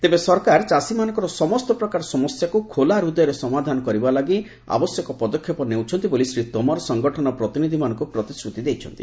ତେବେ ସରକାର ଚାଷୀମାନଙ୍କର ସମସ୍ତ ପ୍ରକାର ସମସ୍ୟାକୁ ଖୋଲା ହୃଦୟରେ ସମାଧାନ କରିବା ଲାଗି ସମସ୍ତ ଆବଶ୍ୟକ ପଦକ୍ଷେପ ନେଉଛନ୍ତି ବୋଲି ଶ୍ରୀ ତୋମାର ସଙ୍ଗଠନ ପ୍ରତିନିଧ୍ୟମାନଙ୍କୁ ପ୍ରତିଶ୍ରୁତି ଦେଇଛନ୍ତି